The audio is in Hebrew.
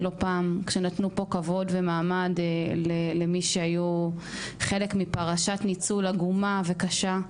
לא פעם כשנתנו פה כבוד ומעמד למי שהיו חלק מפרשת ניצול עגומה וקשה,